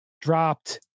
dropped